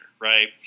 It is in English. right